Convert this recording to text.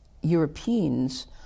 Europeans